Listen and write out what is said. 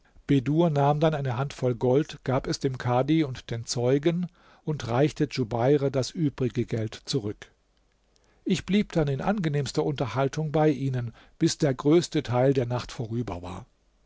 nahm dann eine hand voll gold gab es dem kadhi und den zeugen und reichte djubeir das übrige geld zurück ich blieb dann in angenehmster unterhaltung bei ihnen bis der größte teil der nacht vorüber war